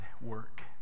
work